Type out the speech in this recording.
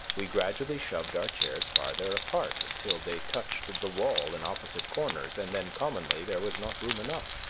we gradually shoved our chairs farther apart till they touched the wall in opposite corners, and then commonly there was not room enough.